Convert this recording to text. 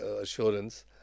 assurance